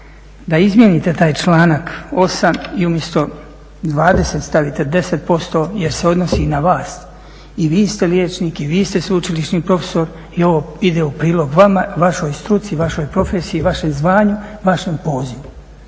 da izmijenite taj članak 8. i umjesto 20 stavite 10%, jer se odnosi i na vas. I vi ste liječnik i vi ste sveučilišni profesor i ovo ide u prilog vama, vašoj struci, vašoj profesiji, vašem zvanju, vašem pozivu.